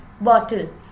bottle